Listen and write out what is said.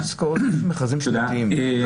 יש עסקאות במכרזים שנתיים,